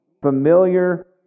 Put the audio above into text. Familiar